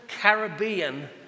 Caribbean